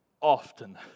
often